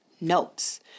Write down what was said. notes